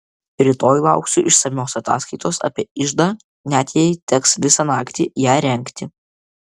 rytoj lauksiu išsamios ataskaitos apie iždą net jei teks visą naktį ją rengti